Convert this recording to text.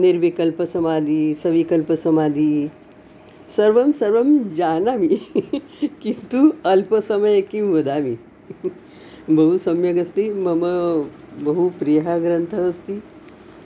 निर्विकल्पसमाधिः सविकल्पसमाधिः सर्वं सर्वं जानामि किन्तु अल्पसमये किं वदामि बहु सम्यगस्ति मम बहु प्रियः ग्रन्थः अस्ति